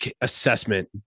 assessment